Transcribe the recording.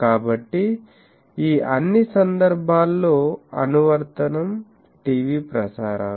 కాబట్టి ఈ అన్ని సందర్భాల్లో అనువర్తనం టీవీ ప్రసారాలు